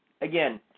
again